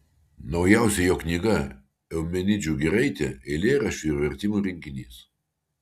naujausia jo knyga eumenidžių giraitė eilėraščių ir vertimų rinkinys